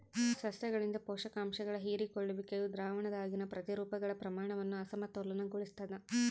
ಸಸ್ಯಗಳಿಂದ ಪೋಷಕಾಂಶಗಳ ಹೀರಿಕೊಳ್ಳುವಿಕೆಯು ದ್ರಾವಣದಾಗಿನ ಪ್ರತಿರೂಪಗಳ ಪ್ರಮಾಣವನ್ನು ಅಸಮತೋಲನಗೊಳಿಸ್ತದ